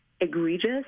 egregious